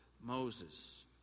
Moses